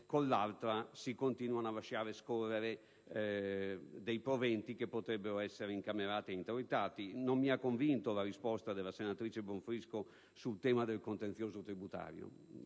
con l'altra si continuano a lasciare scorrere proventi che potrebbero essere incamerati e introitati. Non mi ha convinto la risposta della senatrice Bonfrisco sul tema del contenzioso tributario;